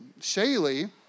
Shaylee